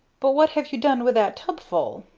but what have you done with that tubful?